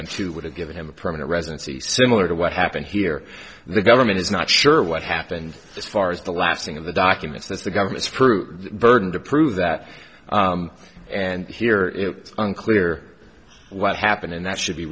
two would have given him a permanent residency similar to what happened here and the government is not sure what happened as far as the last thing in the documents that the government screwed burden to prove that and here is unclear what happened and that should be